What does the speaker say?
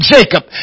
Jacob